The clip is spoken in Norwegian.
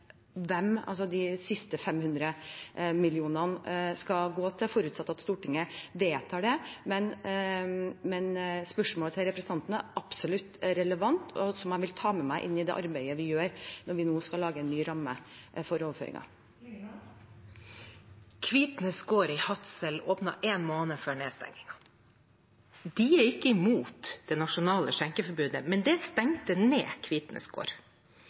forutsatt at Stortinget vedtar det. Spørsmålet til representanten er absolutt relevant, og er noe jeg vil ta med meg i det arbeidet vi gjør når vi nå skal lage en ny ramme for overføringer. Åsunn Lyngedal – til oppfølgingsspørsmål. Kvitnes gård i Hadsel åpnet en måned før nedstengingen. De er ikke imot det nasjonale skjenkeforbudet, men det stengte ned Kvitnes gård.